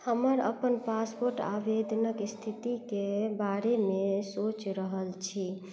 हम अपन पासपोर्ट आवेदनक स्थितिक बारेमे सोचि रहल छी